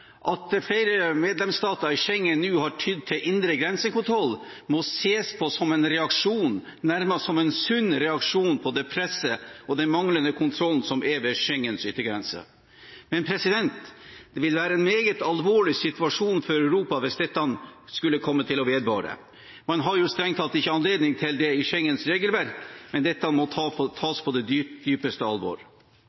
At flere medlemsstater i Schengen nå har tydd til indre grensekontroll, må ses på som en reaksjon – nærmest som en sunn reaksjon – på det presset og den manglende kontrollen som er ved Schengens yttergrense. Men det vil være en meget alvorlig situasjon for Europa hvis dette skulle komme til å vedvare. Man har jo strengt tatt ikke anledning til det i henhold til Schengens regelverk, men dette må tas på